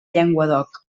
llenguadoc